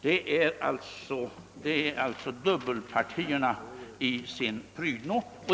Det är dubbelpartierna i sin prydno!